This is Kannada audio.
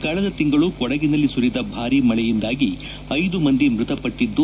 ಕಳೆದ ತಿಂಗಳು ಕೊಡಗಿನಲ್ಲಿ ಸುರಿದ ಭಾರೀ ಮಳೆಯಿಂದಾಗಿ ಐದು ಮಂದಿ ಮೃತಪಟ್ಟಿದ್ದು